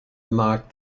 marked